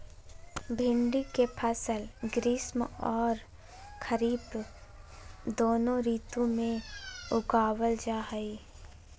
भिंडी के फसल ग्रीष्म आर खरीफ दोनों ऋतु में उगावल जा हई